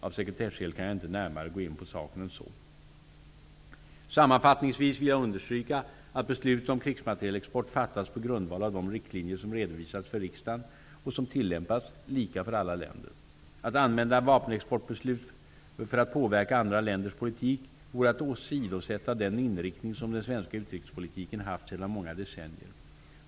Av sekretesskäl kan jag inte gå närmare in på saken än så. Sammanfattningsvis vill jag understryka att beslut om krigsmaterielexport fattas på grundval av de riktlinjer som redovisats för riksdagen och som tillämpas lika för alla länder. Att använda vapenexportbeslut för att påverka andra länders politik vore att åsidosätta den inriktning som den svenska utrikespolitiken haft sedan många decennier.